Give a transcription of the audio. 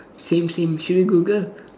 same same should we Google